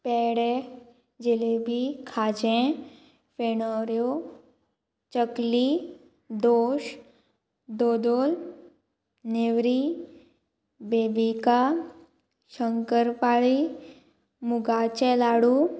पेडे जेलेबी खाजें फेणोऱ्यो चकली दोश दोदोल नेवरी बेबिका शंकर पाळी मुगाचे लाडू